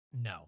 No